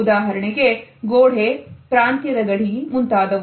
ಉದಾಹರಣೆಗೆ ಗೋಡೆ ಪ್ರಾಂತ್ಯದ ಗಡಿ ಮುಂತಾದವು